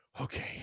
Okay